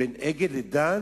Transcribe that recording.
בין "אגד" ל"דן"?